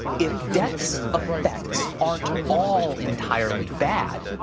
if death's effects aren't all entirely bad,